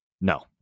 No